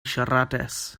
siaradus